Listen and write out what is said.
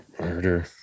murder